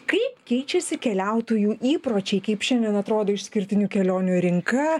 kaip keičiasi keliautojų įpročiai kaip šiandien atrodo išskirtinių kelionių rinka